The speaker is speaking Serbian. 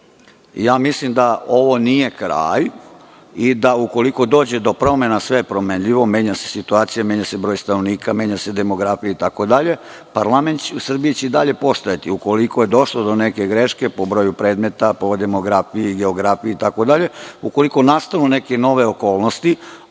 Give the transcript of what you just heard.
mislim da ovo nije kraj i da ukoliko dođe do promena, sve je promenljivo, menja se situacija, menja se broj stanovnika, menja se demografija itd, parlament u Srbiji će i dalje postojati. Ukoliko je došlo do neke greške po broju predmeta, po demografiji, geografiji itd, ukoliko nastanu neke nove okolnosti,